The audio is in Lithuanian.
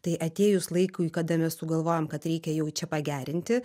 tai atėjus laikui kada mes sugalvojam kad reikia jau čia pagerinti